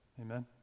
Amen